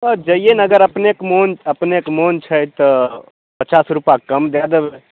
हँ जैयै ने अपनेके मन छै अपनेके मन छै तऽ पचास रूपा कम दै देबै